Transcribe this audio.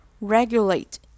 Regulate